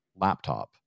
laptop